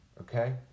Okay